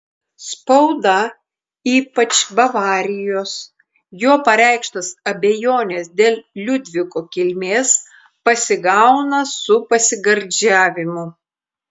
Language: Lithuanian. spauda ypač bavarijos jo pareikštas abejones dėl liudviko kilmės pasigauna su pasigardžiavimu